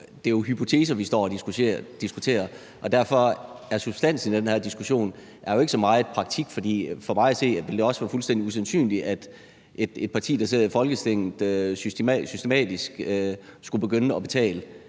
det er hypoteser, vi står og diskuterer, og derfor er substansen i den her diskussion ikke så meget et spørgsmål om praktik, fordi for mig at se vil det også være fuldstændig usandsynligt, at et parti, der sidder i Folketinget, systematisk skulle begynde at betale